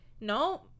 no